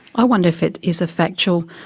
i wonder if it is a factual,